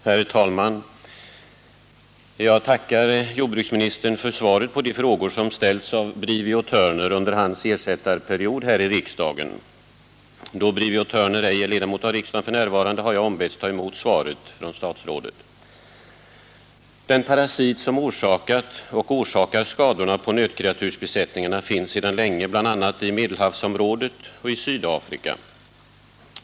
Herr talman! Jag tackar jordbruksministern för svaret på de frågor som ställts av Brivio Thörner under hans ersättarperiod här i riksdagen. Då Brivio Thörner f. n. ej är ledamot av riksdagen, har jag ombetts ta emot svaret från statsrådet. Den parasit som orsakat och orsakar skadorna på nötkreatursbesättningarna finns sedan länge bl.a. i Medelhavsområdet och i Sydafrika.